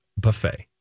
buffet